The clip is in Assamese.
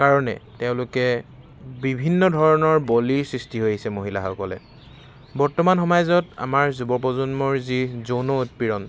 কাৰণে তেওঁলোকে বিভিন্ন ধৰণৰ বলিৰ সৃষ্টি হৈ আহিছে মহিলাসকলে বৰ্তমান সমাজত আমাৰ যুৱপ্ৰজন্মৰ যি যৌন উৎপীড়ন